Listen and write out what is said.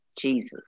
Jesus